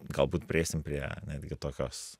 galbūt prieisim prie netgi tokios